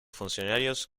funcionarios